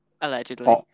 Allegedly